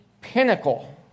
pinnacle